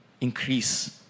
increase